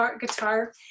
guitar